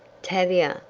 tavia!